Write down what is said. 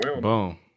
Boom